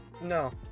No